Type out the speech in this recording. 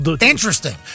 Interesting